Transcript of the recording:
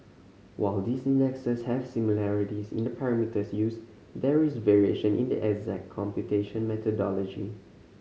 while these indexes have similarities in the parameters used there is variation in the exact computation methodology